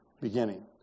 beginning